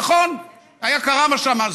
נכון, קרה מה שנאמר.